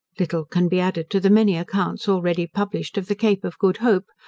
little can be added to the many accounts already published of the cape of good hope,